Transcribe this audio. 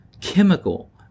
chemical